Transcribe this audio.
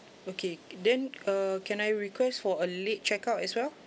okay then err can I request for a late check out as well